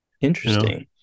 interesting